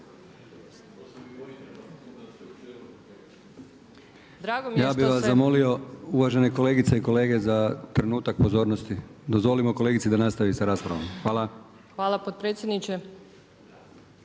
Ja bih vas zamolio uvažene kolegice i kolege za trenutak pozornosti. Dozvolimo kolegici da nastavi sa raspravom. Hvala./… Hvala potpredsjedniče.